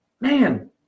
man